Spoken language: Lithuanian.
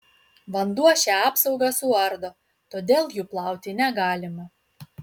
vanduo šią apsaugą suardo todėl jų plauti negalima